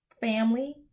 family